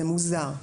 זה מוזר.